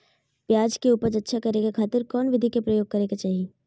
प्याज के उपज अच्छा करे खातिर कौन विधि के प्रयोग करे के चाही?